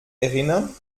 erinnern